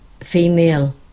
female